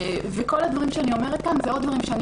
כל הדברים שאני אומרת כאן הם או דברים שאני